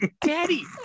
Daddy